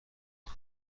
کنه